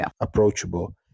approachable